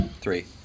Three